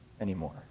anymore